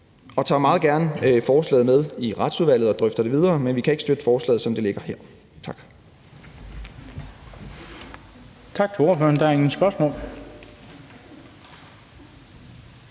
og tager meget gerne forslaget med i Retsudvalget og drøfter det videre, men vi kan ikke støtte forslaget, som det ligger her. Tak.